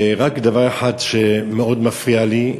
ורק דבר אחד שמאוד מפריע לי,